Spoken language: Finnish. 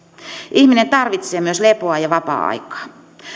ihminen tarvitsee myös lepoa ja vapaa aikaa